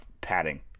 padding